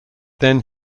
then